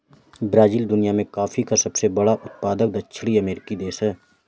Brazil दुनिया में coffee का सबसे बड़ा उत्पादक दक्षिणी अमेरिकी देश है